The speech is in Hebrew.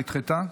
נדחתה.